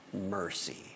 mercy